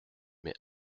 mais